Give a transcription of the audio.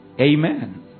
Amen